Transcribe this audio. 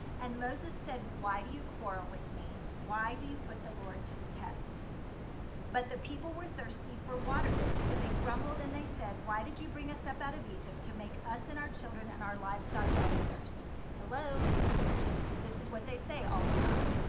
and moses said, why do you quarrel with me? why do you put the lord to the test but the people were thirsty for water there, so they grumbled and they said why did you bring us up out of egypt to make us and our children and our livestock die of thirst hello? this is just what they say, all the time.